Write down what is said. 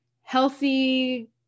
healthy